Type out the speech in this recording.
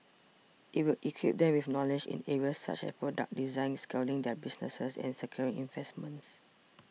it will equip them with knowledge in areas such as product design scaling their businesses and securing investments